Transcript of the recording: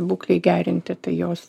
būklei gerinti tai jos